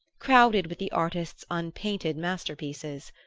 crowded with the artist's unpainted masterpieces.